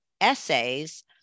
essays